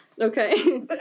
Okay